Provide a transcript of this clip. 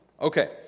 Okay